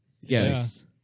Yes